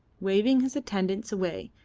waving his attendants away,